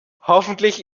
hoffentlich